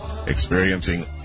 Experiencing